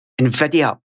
NVIDIA